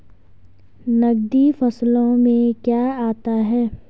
नकदी फसलों में क्या आता है?